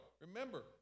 Remember